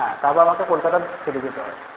হ্যাঁ তারপর আমাকে কলকাতা চলে যেতে হয়